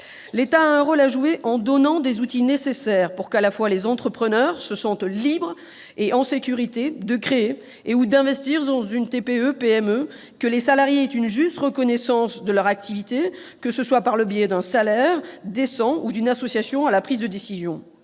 L'État a un rôle à jouer en donnant les outils nécessaires pour que les entrepreneurs se sentent libres et en sécurité de créer et/ou d'investir dans une TPE-PME et que les salariés obtiennent une juste reconnaissance de leur activité, par le biais d'un salaire décent ou d'une association à la prise de décision.